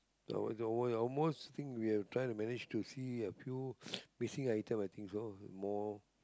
al~ almost most thing we have try to manage to see the two missing item so more